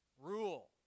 Rule